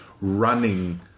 running